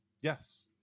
Yes